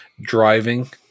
driving